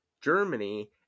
Germany